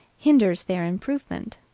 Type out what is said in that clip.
hinders their improvement,